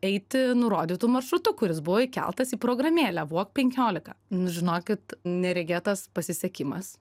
eiti nurodytu maršrutu kuris buvo įkeltas į programėlę walk penkiolika nu žinokit neregėtas pasisekimas